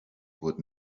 would